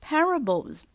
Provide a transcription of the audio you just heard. Parables